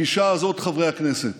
הגישה הזאת, חברי הכנסת,